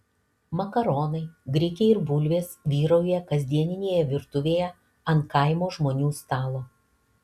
makaronai grikiai ir bulvės vyrauja kasdieninėje virtuvėje ant kaimo žmonių stalo